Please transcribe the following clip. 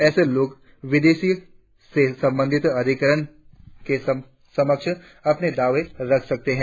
ऐसे लोग विदेशियों से संबंधित अधिकरण के समक्ष अपना दावा रख सकते हैं